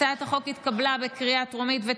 התשפ"ג 2023,